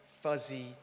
fuzzy